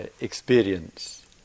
experience